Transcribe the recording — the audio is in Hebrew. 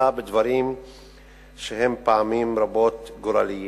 אלא בדברים שהם פעמים רבות גורליים.